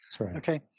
okay